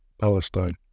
Palestine